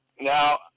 now